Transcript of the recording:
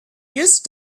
used